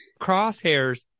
crosshairs